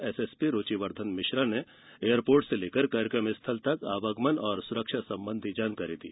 SSP Ruchi Vardhan Mishra ने बताया कि एयरपोर्ट से लेकर कार्यक्रम स्थल तक आवागमन और सुरक्षा संबंधी जानकारी दी